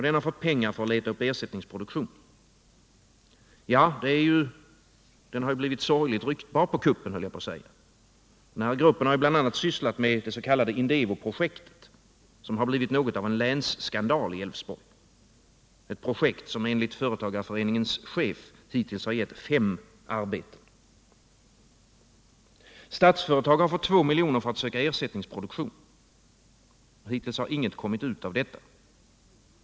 Den har fått pengar för att leta upp ersättningsproduktion. Ja, den har ju blivit sorgligt ryktbar på kuppen, höll jag på att säga. Den här gruppen har bl.a. sysslat med dets.k. Indevoprojektet, som blivit något av en länsskandal i Älvsborg. Det är projekt som, enligt företagareföreningens chef, hittills givit fem arbeten. Statsföretag har fått 2 milj. för att söka ersättningsproduktion. Hittills har inget kommit ut av detta.